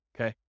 Okay